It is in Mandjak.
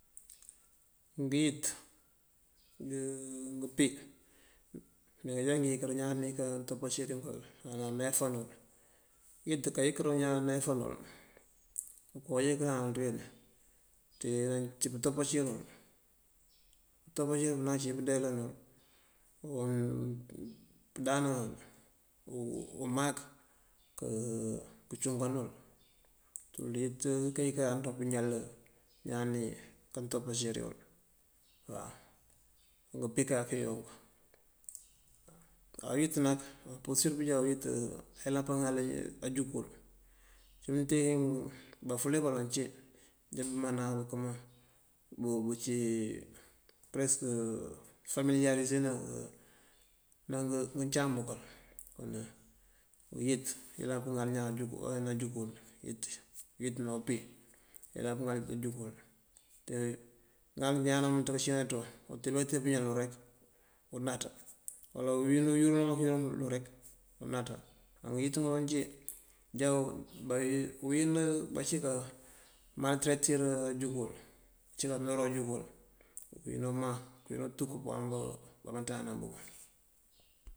Ngëyët, ngëmpí mee aja ngëeyënkërin ñaaní ninkaantopacír ngël náayafangël. Uyët káayinkërinun iñaan nikáayafan uwël. Owuŋin këëraanël ţiweeiţi pëëntopacir uwël, pëentopacir uwël ţiná bandeelánul, pëëdáanáwul, umáak ke- këëcúukan uwël, ţul ţii ngëyët uyinkëráanun pëñal iñaani kaamtopaciri uwul ngëmpí káak cíir unk. Á uyët nak, mampurësir pëjá uyët ayëlan káaŋal ajúngëwul mëencí mëënteen bafúle baloŋ bëcí bëejábú maandar bëëkëëma búcí përesëk pëfamiliyarisë náangëcáam bëkël. uyët ayëlan pëŋalëlar náanjúngëwul, náanjúngëwul uyët uyët ná umpí ayëlan pëëŋal náanjúngëwul. Ŋal iñaan náamëënţ cíináaţun uteba këëte pëñalël unaţ oyuran këyuránëlek unaţ. Angëyët ngëloŋ cí ajá uwím báacimba malëtëretër ajúngul bacimbá kanoran anjungëwul këëwin umaŋ, këëwin utuk pëëbaamb káanátá ngëwël.